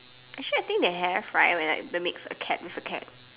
actually I think they have right when like mix a cat with a cat